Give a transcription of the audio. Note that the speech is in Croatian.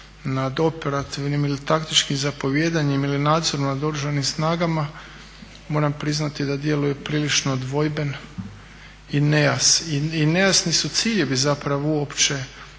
nad operativnim ili taktičkim zapovijedanjem ili nadzor nad Oružanim snagama, moram priznati da djeluje prilično dvojben i nejasni su ciljevi zapravo uopće